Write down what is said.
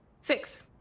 Six